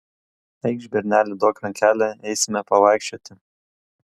eikš berneli duok rankelę eisime pavaikščioti